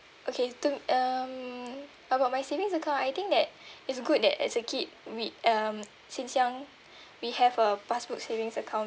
okay to um about my savings account I think that it's good that as a kid we um since young we have a passbook savings account